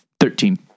Thirteen